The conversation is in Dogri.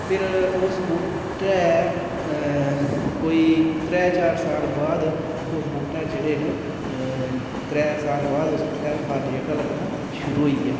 फिर उस बूह्टे कोई त्रैऽ चार साल बाद उस बूह्टे 'र चढ़े न त्रैऽ साल बाद उस बूह्टे 'र फल जेह्का लग्गना शुरू होइया